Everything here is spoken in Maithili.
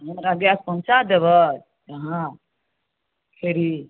हमरा गैस पहुँचा देबै अहाँ फेर ई